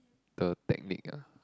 the technique ah